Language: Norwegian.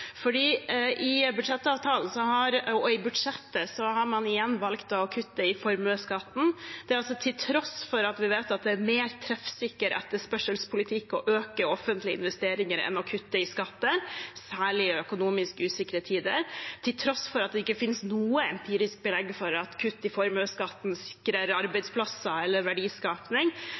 i budsjettavtalen og i budsjettet har man igjen valgt å kutte i formuesskatten, det til tross for at vi vet at det er mer treffsikker etterspørselspolitikk å øke offentlige investeringer enn å kutte i skatter, særlig i økonomisk usikre tider, til tross for at det ikke fins noe empirisk belegg for at kutt i formuesskatten sikrer arbeidsplasser eller verdiskapning,